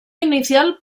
inicial